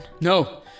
No